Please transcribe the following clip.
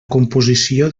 composició